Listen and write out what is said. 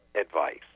advice